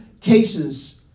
cases